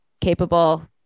capable